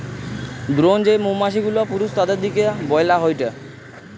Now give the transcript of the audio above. drone যেই মৌমাছি গুলা পুরুষ তাদিরকে বইলা হয়টে